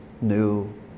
new